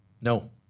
No